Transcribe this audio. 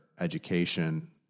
Education